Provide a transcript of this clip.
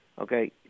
okay